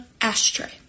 ashtray